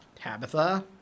Tabitha